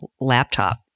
laptop